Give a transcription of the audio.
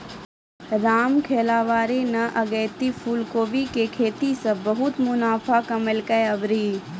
रामखेलावन न अगेती फूलकोबी के खेती सॅ बहुत मुनाफा कमैलकै आभरी